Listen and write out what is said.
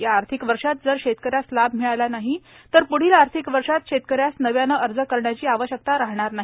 या आर्थिक वर्षात जर शेतकऱ्यास लाभ मिळाला नाही तर पुढील आर्थिक वर्षात शेतकऱ्यास नव्याने अर्ज करण्याची आवश्यकता राहणार नाही